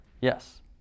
Yes